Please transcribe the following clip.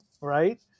right